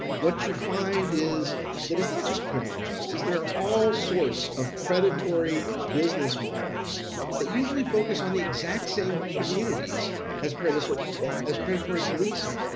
what you find is that it's not just criminal justice there are all sorts of predatory business models that usually focus on the exact same communities as predatory as predatory policing,